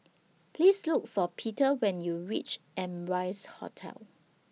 Please Look For Peter when YOU REACH Amrise Hotel